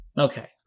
Okay